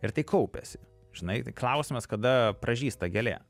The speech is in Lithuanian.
ir tai kaupiasi žinai tai klausimas kada pražįsta gėlė